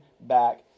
back